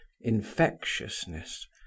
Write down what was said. infectiousness